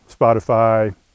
Spotify